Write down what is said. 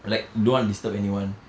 like don't want to disturb anyone